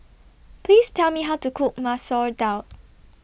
Please Tell Me How to Cook Masoor Dal